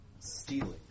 stealing